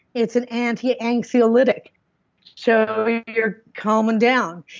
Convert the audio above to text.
it's an anti-anxiolytic so you're calming down.